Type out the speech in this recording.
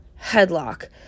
headlock